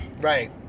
right